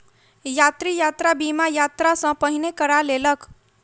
यात्री, यात्रा बीमा, यात्रा सॅ पहिने करा लेलक